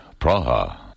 Praha